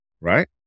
Right